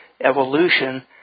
evolution